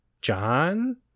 John